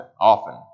often